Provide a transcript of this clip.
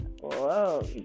whoa